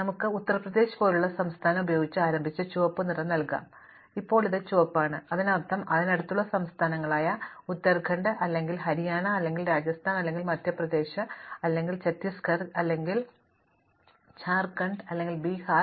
അതിനാൽ നമുക്ക് ഉത്തർപ്രദേശ് പോലുള്ള സംസ്ഥാനം ഉപയോഗിച്ച് ആരംഭിച്ച് ചുവപ്പ് നിറം നൽകാം ഇപ്പോൾ ഇത് ചുവപ്പാണ് അതിനർത്ഥം അതിനടുത്തുള്ള സംസ്ഥാനങ്ങളായ ഉത്തരാഖണ്ഡ് അല്ലെങ്കിൽ ഹരിയാന അല്ലെങ്കിൽ രാജസ്ഥാൻ അല്ലെങ്കിൽ മധ്യപ്രദേശ് അല്ലെങ്കിൽ ഛത്തീസ്ഗ h ് അല്ലെങ്കിൽ har ാർഖണ്ഡ് അല്ലെങ്കിൽ ബീഹാർ